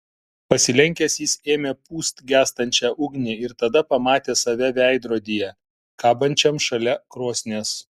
pasilenkęs jis ėmė pūst gęstančią ugnį ir tada pamatė save veidrodyje kabančiam šalia krosnies